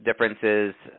differences